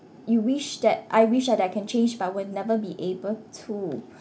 you wish that I wish that I can change but will never be able to